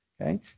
okay